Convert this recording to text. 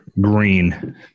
green